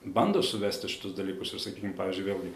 bando suvesti šitus dalykus ir sakykim pavyzdžiui vėlgi